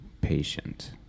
patient